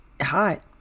hot